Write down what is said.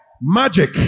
Magic